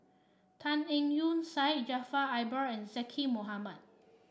Tan Eng Yoon Syed Jaafar Albar and Zaqy Mohamad